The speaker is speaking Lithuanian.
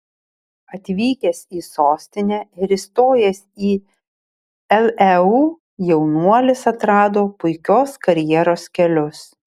atvykęs į sostinę ir įstojęs į leu jaunuolis atrado puikios karjeros kelius